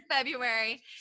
February